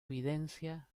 evidencia